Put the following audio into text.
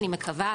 אני מקווה,